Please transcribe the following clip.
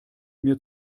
mir